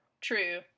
True